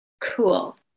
cool